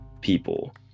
people